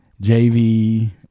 jv